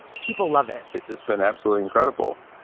people love it. it's just been absolutely incredible.